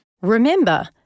Remember